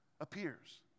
appears